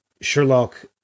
Sherlock